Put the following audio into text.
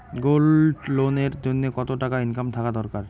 Gold loan এর জইন্যে কতো টাকা ইনকাম থাকা দরকার?